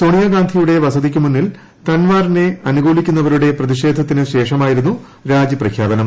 സോണിയാഗാന്ധിയുടെ ് വസതിക്ക് മുന്നിൽ തൻവാദിനെ അനുകൂലിക്കുന്നവരുടെ പ്രതിഷേധത്തിനു ശേഷമായിരുന്നു രാജി പ്രഖ്യാപനം